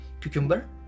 cucumber